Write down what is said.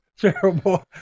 terrible